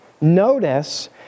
Notice